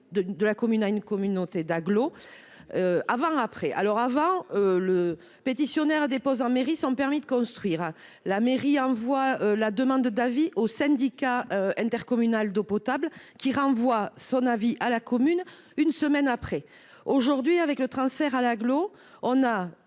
de la commune à une communauté d'agglomération. Avant ce transfert, le pétitionnaire déposait en mairie son permis de construire, laquelle envoyait la demande d'avis au syndicat intercommunal d'eau potable, qui renvoyait son avis à la commune une semaine après. Aujourd'hui, avec le transfert à la